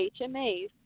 HMAs